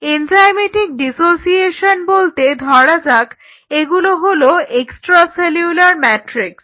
enzymatic dissociation বলতে ধরা যাক এগুলো হলো এক্সট্রা সেলুলার ম্যাট্রিক্স